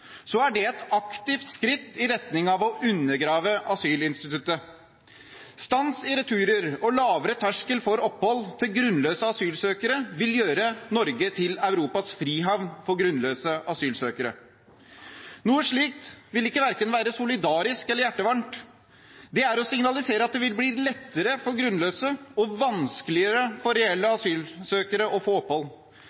er det et aktivt skritt i retning av å undergrave asylinstituttet. Stans i returer og lavere terskel for opphold til grunnløse asylsøkere vil gjøre Norge til Europas frihavn for grunnløse asylsøkere. Noe slikt vil være verken solidarisk eller hjertevarmt. Det er å signalisere at det vil bli lettere for grunnløse og vanskeligere for reelle